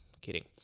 kidding